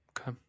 Okay